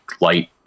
light